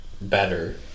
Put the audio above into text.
better